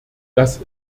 das